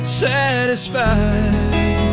satisfied